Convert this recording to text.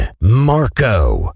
Marco